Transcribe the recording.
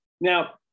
Now